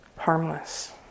harmless